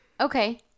okay